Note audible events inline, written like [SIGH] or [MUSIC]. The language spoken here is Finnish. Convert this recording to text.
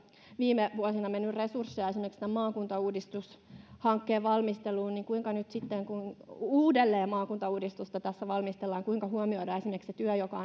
viime vuosina mennyt resursseja esimerkiksi tämän maakuntauudistushankkeen valmisteluun kuinka nyt sitten kun uudelleen maakuntauudistusta tässä valmistellaan huomioidaan esimerkiksi se työ joka [UNINTELLIGIBLE]